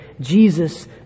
Jesus